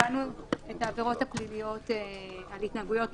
קבענו את העבירות האלה כעבירות מינהליות.